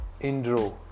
Indro